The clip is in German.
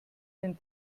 den